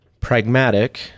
Pragmatic